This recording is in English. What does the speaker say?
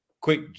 quick